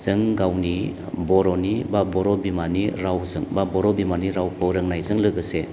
जों गावनि बर'नि बा बर' बिमानि रावजों बा बर' बिमानि रावखौ रोंनायजों लोगोसे